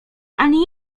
ani